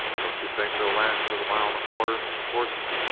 don't you think they'll last for the mile and a quarter, mr. corson?